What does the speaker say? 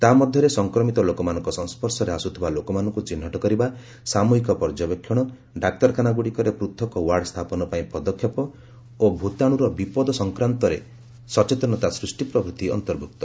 ତାହା ମଧ୍ୟରେ ସଂକ୍ରମିତ ଲୋକମାନଙ୍କ ସଂସ୍ୱର୍ଶରେ ଆସୁଥିବା ଲୋକମାନଙ୍କୁ ଚିହ୍ନଟ କରିବା ସାମ୍ହିକ ପର୍ଯ୍ୟବେକ୍ଷଣ ଡାକ୍ତରଖାନାଗୁଡ଼ିକରେ ପୃଥକ୍ ୱାର୍ଡ଼ ସ୍ଥାପନ ପାଇଁ ପଦକ୍ଷେପ ଓ ଭୂତାଣ୍ରର ବିପଦ ସଂକ୍ରାନ୍ତରେ ସଚେତନତା ସୃଷ୍ଟି ପ୍ରଭୂତି ଅନ୍ତର୍ଭକ୍ତ